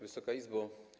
Wysoka Izbo!